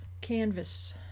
canvas